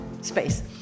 space